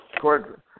court